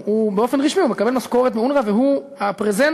באופן רשמי הוא מקבל משכורת מאונר"א והוא הפרזנטור,